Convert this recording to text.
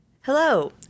Hello